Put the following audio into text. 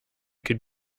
could